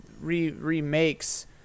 remakes